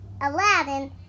Aladdin